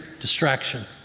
distraction